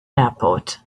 airport